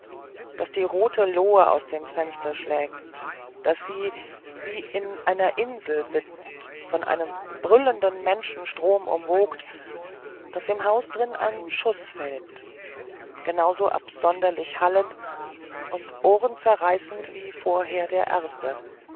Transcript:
daß die rote lohe aus dem fenster schlägt daß sie wie in einer insel sitzt von einem brüllenden menschenstrom umwogt daß im haus drin ein schuß fällt genau so absonderlich hallend und ohrenzerreißend wie vorher der erste